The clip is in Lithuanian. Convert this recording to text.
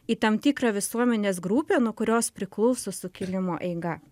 į tam tikrą visuomenės grupę nuo kurios priklauso sukilimo eiga